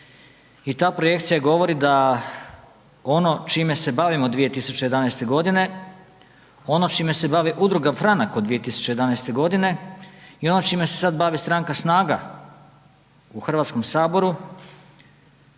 i ta projekcija govori da ono čime se bavimo 2011. godine, ono čime se bavi Udruga Franak od 2011. godine i ono čime se sada bavi stranka Snaga u Hrvatskom saboru